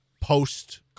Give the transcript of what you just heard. post-